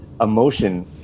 Emotion